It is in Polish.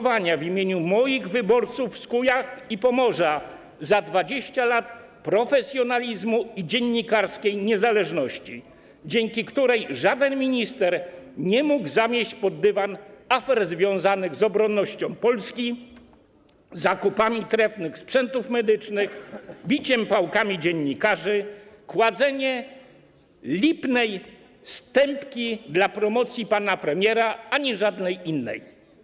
W imieniu moich wyborców z Kujaw i Pomorza składam serdeczne podziękowania za 20 lat profesjonalizmu i dziennikarskiej niezależności, dzięki której żaden minister nie mógł zamieść pod dywan afer związanych z obronnością Polski, zakupami trefnych sprzętów medycznych, biciem pałkami dziennikarzy, kładzenia lipnej stępki dla promocji pana premiera ani żadnej innej.